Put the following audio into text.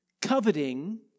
Coveting